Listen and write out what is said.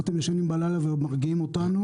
איך אתם ישנים בלילה ומרגיעים אותנו,